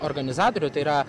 organizatorių tai yra